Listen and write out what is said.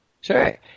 Sure